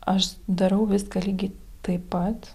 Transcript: aš darau viską lygiai taip pat